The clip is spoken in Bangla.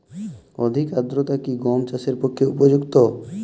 অধিক আর্দ্রতা কি গম চাষের পক্ষে উপযুক্ত?